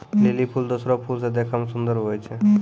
lily फूल दोसरो फूल से देखै मे सुन्दर हुवै छै